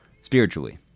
Spiritually